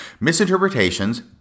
Misinterpretations